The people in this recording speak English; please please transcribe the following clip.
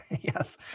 Yes